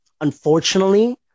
unfortunately